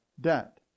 debt